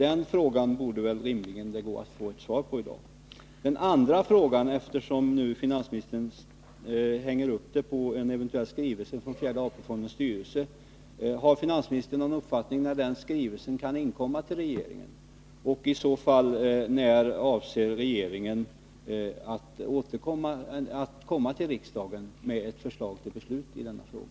Eftersom finansministern hänger upp sin avvaktande inställning på en eventuell skrivelse från fjärde AP-fondens styrelse, vill jag ställa en andra fråga: Har finansministern någon uppfattning om när denna skrivelse kan inkomma till regeringen? När avser i så fall regeringen att komma till riksdagen med ett förslag till beslut i denna fråga?